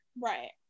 right